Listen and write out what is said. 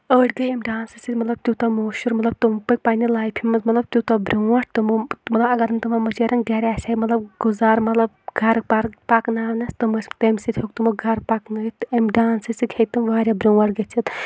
أڑۍ گٔے اَمہِ ڈانسہٕ سۭتۍ مطلب تیوٗتاہ مشہوٗر مطلب تِم پٔکۍ پَننہِ لایفہِ منٛز مطلب تیوٗتاہ برونٛٹھ تٕمو مطلب اَگر نہٕ تِمَن مٔچیَن گَرِ آسہِ ہا مطلب گُزار مطلب گَرٕ پَر پَکناونَس تِم ٲسۍ تَمہِ سۭتۍ ہیٚوک تِمو گَرٕ پَکنٲیِتھ تہٕ اَمہِ ڈانسہٕ سۭتۍ ہیٚکۍ تِم واریاہ برونٛٹھ گٔژھِتھ